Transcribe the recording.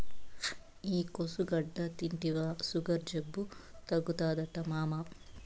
ఈ కోసుగడ్డ తింటివా సుగర్ జబ్బు తగ్గుతాదట మామా